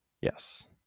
yes